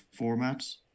formats